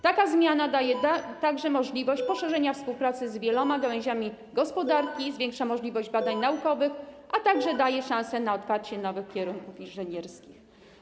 Taka zmiana daje także możliwość poszerzenia współpracy z wieloma gałęziami gospodarki, zwiększa możliwość badań naukowych, a także daje szansę na otwarcie nowych kierunków inżynierskich.